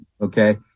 okay